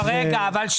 אני